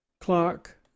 clark